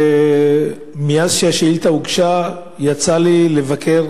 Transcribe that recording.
מאז הוגשה השאילתא יצא לי לבקר